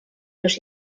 los